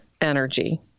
energy